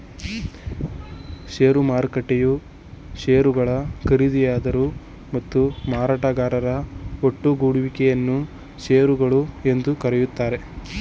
ಷೇರು ಮಾರುಕಟ್ಟೆಯು ಶೇರುಗಳ ಖರೀದಿದಾರರು ಮತ್ತು ಮಾರಾಟಗಾರರ ಒಟ್ಟುಗೂಡುವಿಕೆ ಯನ್ನ ಶೇರುಗಳು ಎಂದು ಕರೆಯುತ್ತಾರೆ